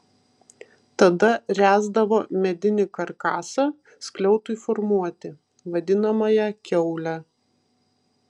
tada ręsdavo medinį karkasą skliautui formuoti vadinamąją kiaulę